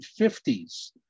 1950s